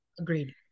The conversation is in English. agreed